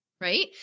Right